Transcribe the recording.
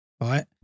right